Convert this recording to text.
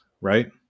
right